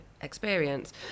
experience